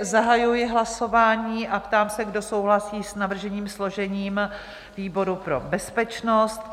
Zahajuji hlasování a ptám se, kdo souhlasí s navrženým složením výboru pro bezpečnost?